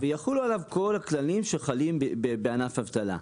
ויחולו עליו כל הכללים שחלים בענף אבטלה.